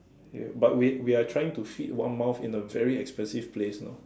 okay but we we're trying to feed one month in a very expensive place you know